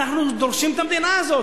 אנחנו דורשים את המדינה הזאת,